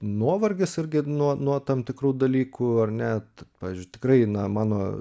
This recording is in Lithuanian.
nuovargis irgi nuo nuo tam tikrų dalykų ar ne pavyzdžiui tikrai na mano